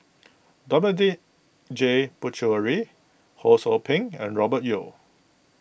Dominic J Puthucheary Ho Sou Ping and Robert Yeo